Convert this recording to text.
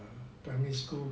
primary school